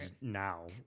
now